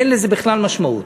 אין לזה בכלל משמעות.